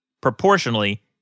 proportionally